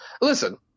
Listen